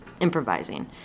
improvising